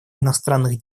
иностранных